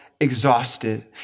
exhausted